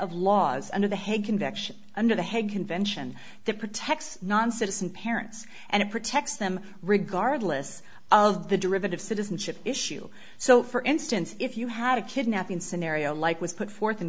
of laws under the hague conviction under the hague convention that protects non citizens parents and protects them regardless of the derivative citizenship issue so for instance if you had a kidnapping scenario like was put forth in